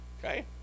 Okay